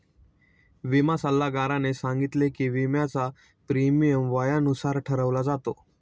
विमा सल्लागाराने सांगितले की, विम्याचा प्रीमियम वयानुसार ठरवला जातो